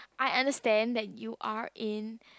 I understand that you are in